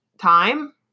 time